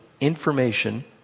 information